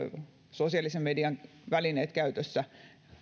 sosiaalisen median välineet käytössä